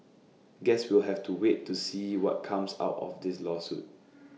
guess we'll have to wait to see what comes out of this lawsuit